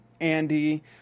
Andy